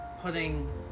putting